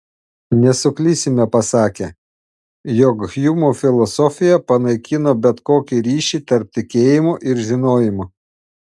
nesuklysime pasakę jog hjumo filosofija panaikino bet kokį ryšį tarp tikėjimo ir žinojimo